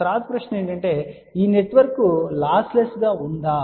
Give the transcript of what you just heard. తరువాతి ప్రశ్న ఈ నెట్వర్క్ లాస్లెస్గా ఉందా